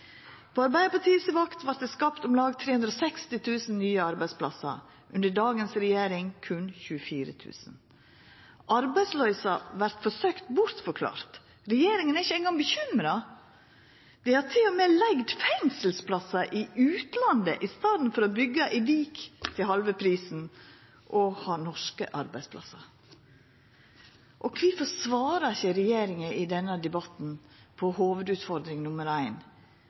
På Arbeidarpartiet si vakt vart det skapt om lag 360 000 nye arbeidsplassar, under dagens regjering berre 24 000. Arbeidsløysa vert forsøkt bortforklart. Regjeringa er ikkje eingong bekymra, dei har til og med leigd fengselsplassar i utlandet i staden for å byggja i Vik til halve prisen, og ha norske arbeidsplassar. Og kvifor svarar ikkje regjeringa i denne debatten på hovudutfordring nr. ein?